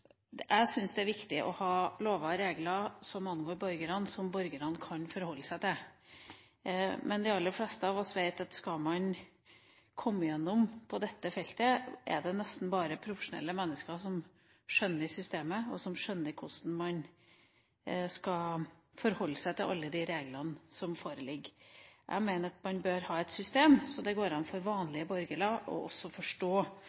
Jeg syns det er viktig å ha lover og regler som angår borgerne – som borgerne kan forholde seg til. Men de aller fleste av oss vet at skal man komme gjennom på dette feltet, er det nesten bare profesjonelle mennesker som skjønner systemet, og som skjønner hvordan man skal forholde seg til alle de reglene som foreligger. Jeg mener at man bør ha et system så det går an for vanlige borgere også å forstå